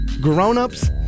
Grown-ups